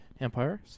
Empires